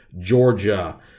Georgia